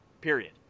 period